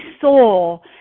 soul